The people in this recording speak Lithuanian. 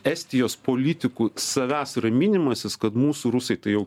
estijos politikų savęs raminimasis kad mūsų rusai tai jau